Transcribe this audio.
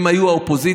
הם היו אופוזיציה,